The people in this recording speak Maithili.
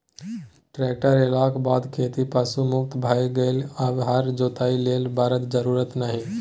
ट्रेक्टर एलाक बाद खेती पशु मुक्त भए गेलै आब हर जोतय लेल बरद जरुरत नहि